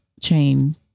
chain